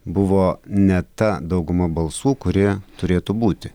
buvo ne ta dauguma balsų kurie turėtų būti